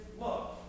love